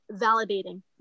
validating